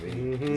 mmhmm